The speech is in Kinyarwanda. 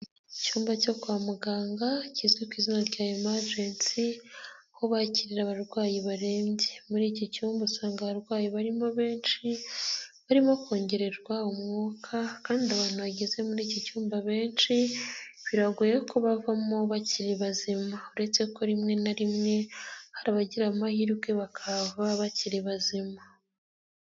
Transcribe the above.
Icyumba cyo kwa muganga kizwi ku izina rya Imajensi, aho bakiriye abarwayi barembye, muri iki cyumba usanga abarwayi barimo benshi barimo kongererwa umwuka kandi abantu bageze muri iki cyumba abenshi biragoye ko bavamo bakiri bazima uretse ko rimwe na rimwe hari abagira amahirwe bakahava bakiri bazima.